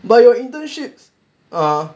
ah